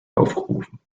aufgerufen